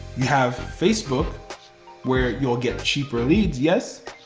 we have facebook where you'll get cheaper leads, yes,